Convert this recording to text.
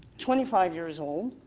twenty five years old,